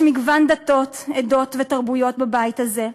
יש מגוון דתות, עדות ותרבויות בבית הזה,